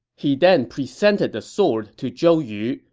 he then presented the sword to zhou yu,